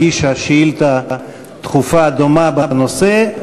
הגישה שאילתה דחופה דומה בנושא.